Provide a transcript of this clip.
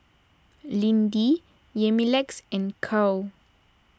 Lindy Yamilex and Karl